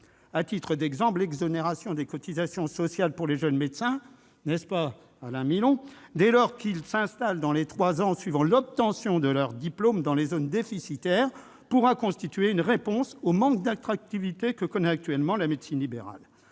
À titre d'exemple, l'exonération de cotisations sociales pour les jeunes médecins, dès lors qu'ils s'installent dans les trois ans suivant l'obtention de leur diplôme dans les zones déficitaires, pourra constituer une réponse au manque d'attractivité que connaît actuellement la médecine libérale.